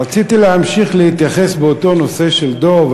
רציתי להמשיך להתייחס לנושא של דב,